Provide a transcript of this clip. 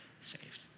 saved